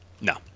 No